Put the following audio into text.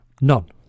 None